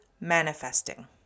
manifesting